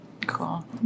Cool